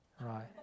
Right